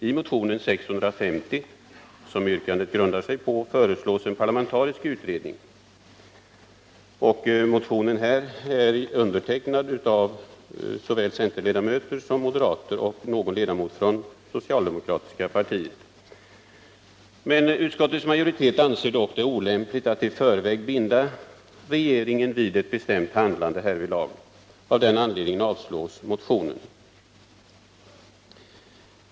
I motionen 1978/79:650, som yrkandet grundar sig på, föreslås en parlamentarisk utredning. Motionen i fråga är undertecknad av såväl centersom moderatledamöter och någon socialdemokratisk ledamot. Utskottets majoritet anser det olämpligt att i förväg binda regeringen vid ett bestämt handlande härvidlag. Av den anledningen avstyrks motionen.